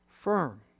firm